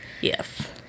yes